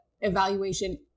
evaluation